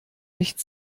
nicht